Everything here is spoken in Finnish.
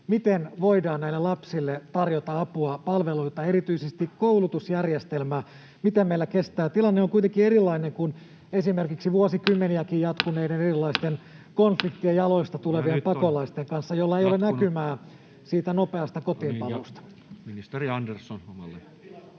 Miten voidaan näille lapsille tarjota apua, palveluita? Erityisesti miten koulutusjärjestelmä meillä kestää? Tilanne on kuitenkin erilainen kuin esimerkiksi vuosikymmeniäkin jatkuneiden erilaisten konfliktien jaloista tulevien pakolaisten kanssa, joilla ei ole näkymää siitä nopeasta kotiinpaluusta. [Ben Zyskowiczin